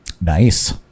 Nice